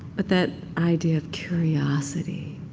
but that idea of curiosity,